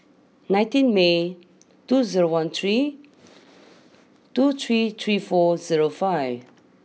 nineteen May two zero one three two three three four zero five